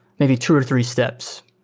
maybe two or three steps.